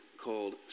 called